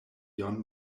ion